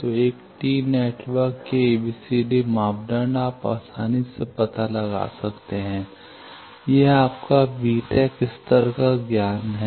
तो एक T network के एबीसीडी मापदंड आप आसानी से पता लगा सकते हैं यह आपका बीटेक स्तर का ज्ञान है